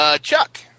Chuck